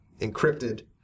encrypted